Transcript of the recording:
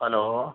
hello